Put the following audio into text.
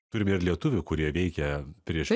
turime ir lietuvių kurie veikia prieš